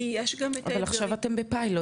כי יש גם את האתגרים -- אבל עכשיו אתם בפיילוט